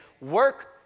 work